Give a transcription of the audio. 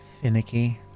finicky